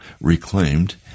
reclaimed